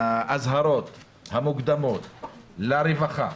והאזהרות המוקדמות לרווחה,